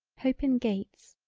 hope in gates,